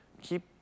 keep